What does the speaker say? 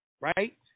Right